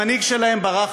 המנהיג שלהם ברח